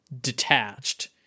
detached